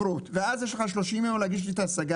ואז יש לך 30 יום להגיש לי את ההשגה